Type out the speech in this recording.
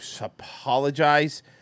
apologize